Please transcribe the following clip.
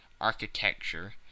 architecture